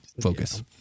focus